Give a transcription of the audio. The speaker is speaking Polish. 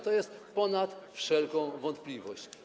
To jest ponad wszelką wątpliwość.